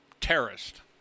terrorist